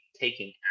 taking